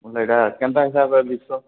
ସେଇଟା କେନ୍ତା କେନ୍ତା